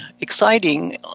exciting